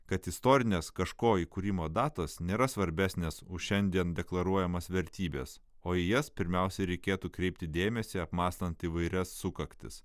kad istorinės kažko įkūrimo datos nėra svarbesnės už šiandien deklaruojamas vertybes o į jas pirmiausia reikėtų kreipti dėmesį apmąstant įvairias sukaktis